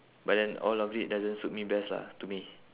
but then all of it doesn't suit me best lah to me